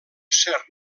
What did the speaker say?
cert